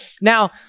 Now